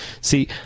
See